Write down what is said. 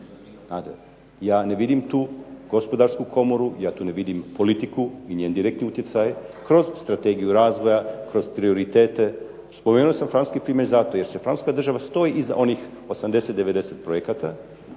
ja ne vidim tu Gospodarsku komoru, ja tu ne vidim politiku i njen direktni utjecaj kroz strategiju razvoja, kroz prioritete. Spomenuo sam francuske firme zato jer Francuska država stoji iza onih 89, 90 projekata